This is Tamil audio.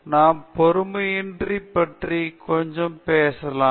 நாம் பொறுமையை பற்றி கொஞ்சம் பேசலாம்